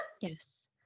yes